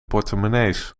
portemonnees